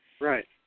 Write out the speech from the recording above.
Right